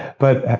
but